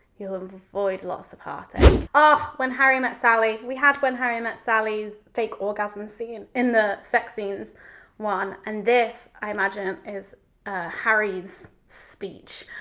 you will avoid lots of heartache. ah when harry met sally, we had when harry met sally's fake orgasms scene, in the sex scenes one and this i imagine is harry's speech,